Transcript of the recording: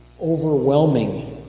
overwhelming